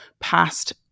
past